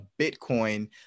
Bitcoin